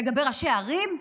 לגבי ראשי ערים?